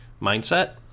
mindset